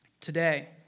Today